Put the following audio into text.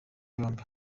yombi